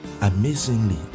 Amazingly